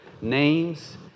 names